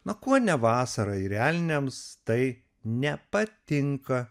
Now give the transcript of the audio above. na kuo ne vasara ir elniams tai nepatinka